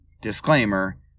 Disclaimer